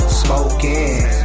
smoking